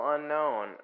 Unknown